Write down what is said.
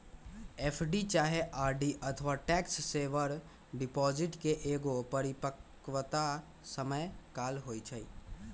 FD चाहे RD अथवा tax saver deposit के एगो परिपक्वता समय काल होइ छइ